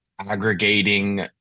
aggregating